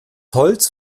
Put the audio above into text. holz